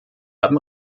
haben